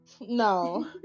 No